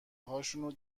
هاشونو